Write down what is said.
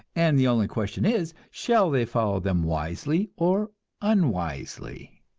and the only question is, shall they follow them wisely or unwisely?